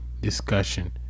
discussion